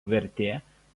vertė